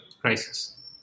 crisis